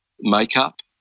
makeup